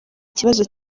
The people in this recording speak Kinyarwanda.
kibazo